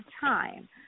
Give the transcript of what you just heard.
time